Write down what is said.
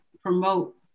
promote